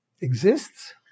exists